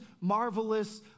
marvelous